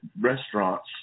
restaurants